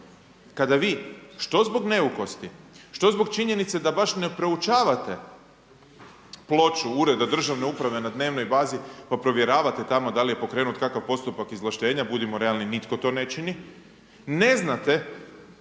kada vi što zbog neukosti, što zbog činjenice da baš ne proučavate ploču Ureda državne uprave na dnevnoj bazi pa provjeravate tamo da li je pokrenut kakav postupak izvlaštenja, budimo realni nitko to ne čini. Ne znate